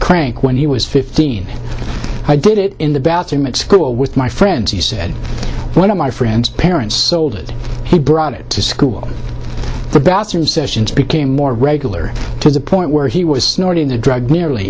crank when he was fifteen i did it in the bathroom at school with my friends he said when my friend's parents sold it he brought it to school the bathroom sessions became more regular to the point where he was snorting the drug nearly